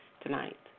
tonight